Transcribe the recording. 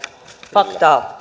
faktaa